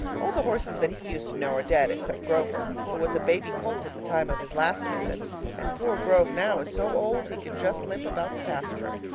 all the horses that he used to know are dead, except grover, who was a baby colt at the time of his last visit and poor grove now is so old he can just limp about the pasture.